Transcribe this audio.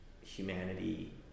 humanity